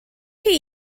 chi